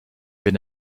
been